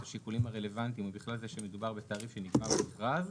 השיקולים הרלוונטיים ובכלל זה שמדובר בתעריף שנקבע במכרז,